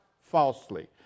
falsely